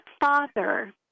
father